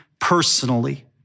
personally